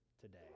today